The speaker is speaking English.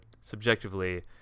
subjectively